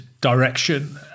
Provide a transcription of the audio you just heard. direction